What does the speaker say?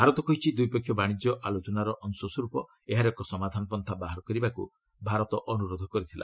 ଭାରତ କହିଛି ଦ୍ୱିପକ୍ଷୀୟ ବାଶିଜ୍ୟ ଆଲୋଚନାର ଅଂଶସ୍ୱରୂପ ଏହାର ଏକ ସମାଧାନ ପନ୍ଜା ବାହାର କରିବାକୁ ଭାରତ ଅନୁରୋଧ କରିଥିଲା